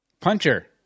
Puncher